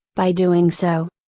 by doing so.